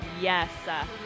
Yes